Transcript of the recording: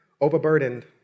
overburdened